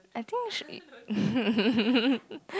I think she